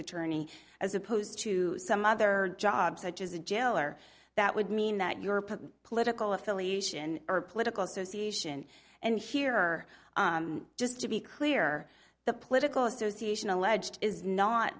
attorney as opposed to some other job such as a jailer that would mean that you're a political affiliation or political associations and here just to be clear the political association alleged is not